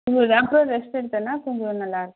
கொஞ்சம் ரெஸ்ட் எடுத்தேன்னா கொஞ்சம் நல்லாருக்கு